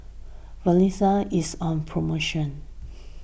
Vagisil is on promotion